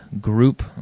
group